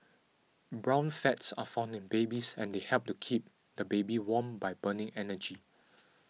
brown fats are found in babies and they help to keep the baby warm by burning energy